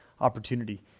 opportunity